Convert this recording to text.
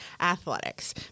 athletics